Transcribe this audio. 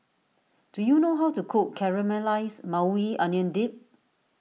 do you know how to cook Caramelized Maui Onion Dip